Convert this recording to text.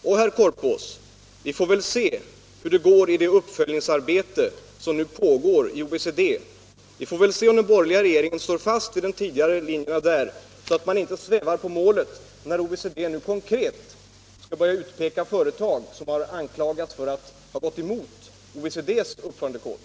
Vi får väl se, herr Korpås, hur det går med det uppföljningsarbete som nu pågår i OECD. Vi får se om den borgerliga regeringen står fast vid de linjer Sverige tidigare haft där, så att man inte svävar på målet när OECD konkret skall börja utpeka företag som har anklagats för att gå emot OECD:s uppförandekod.